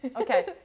Okay